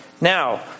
Now